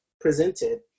presented